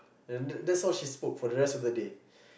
then that's all she spoke for the rest of the day